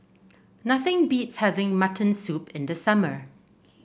nothing beats having Mutton Soup in the summer